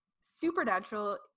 Supernatural